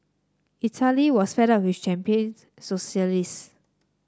Italy was fed up with champagne